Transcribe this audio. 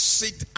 sit